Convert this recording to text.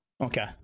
Okay